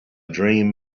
dream